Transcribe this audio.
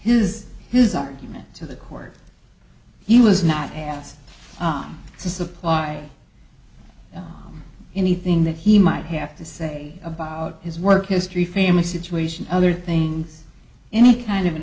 his his argument to the court he was not asked to supply anything that he might have to say about his work history family situation other things any kind of an